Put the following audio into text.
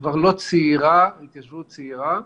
כבר לא צעירה ההתיישבות הצעירה.